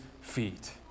feet